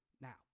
Now